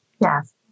Yes